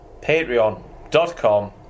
patreon.com